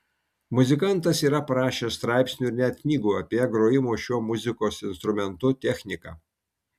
muzikantas yra parašęs straipsnių ir net knygų apie grojimo šiuo muzikos instrumentu techniką